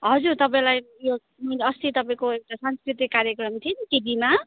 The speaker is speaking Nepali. हजुर तपाईँलाई यो अस्ति तपाईँको एउटा संस्कृति कार्यक्रम थियो नि टिभीमा